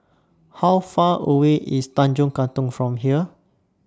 How Far away IS Tanjong Katong from here